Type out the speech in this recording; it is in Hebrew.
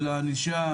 של הענישה,